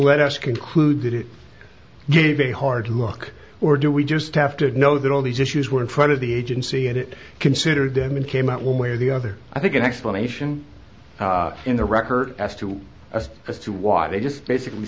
let us conclude that it gave a hard look or do we just have to know that all these issues were in front of the agency and it considered them and came out one way or the other i think an explanation in the record as to as to why they just basically